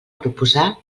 proposar